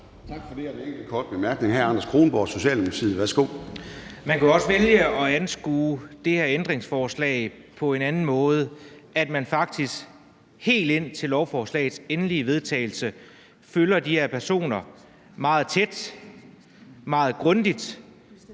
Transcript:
Man kunne jo også vælge at anskue det her ændringsforslag på en anden måde, nemlig den, at man faktisk helt indtil lovforslagets endelige vedtagelse følger de her personer meget tæt og meget grundigt,